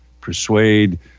persuade